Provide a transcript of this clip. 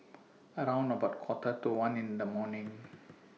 round about Quarter to one in The morning